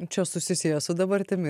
čia susisieja su dabartimi